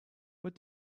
what